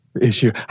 issue